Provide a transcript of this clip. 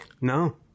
No